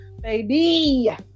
baby